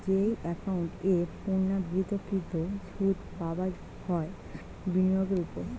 যেই একাউন্ট এ পূর্ণ্যাবৃত্তকৃত সুধ পাবা হয় বিনিয়োগের ওপর